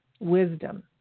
wisdom